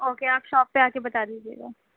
okay آپ shop پہ آ کے بتا دیجیے گا